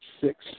six